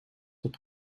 dat